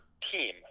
team